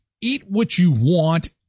eat-what-you-want